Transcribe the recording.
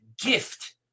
gift